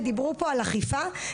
ודיברו פה על אכיפה,